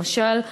למשל,